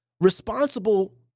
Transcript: responsible